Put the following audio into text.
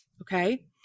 Okay